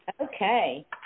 Okay